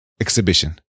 exhibition